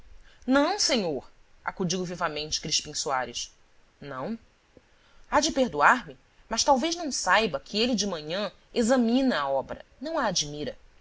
não senhor acudiu vivamente crispim soares não há de perdoar-me mas talvez não saiba que ele de manhã examina a obra não a admira